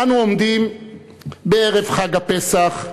אנו עומדים בערב חג הפסח,